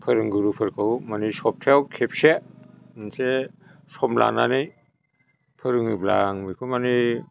फोरोंगुरुफोरखौ माने सप्तायाव खेबसे मोनसे सम लानानै फोरोङोब्ला आं बेखौ माने